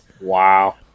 Wow